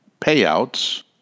payouts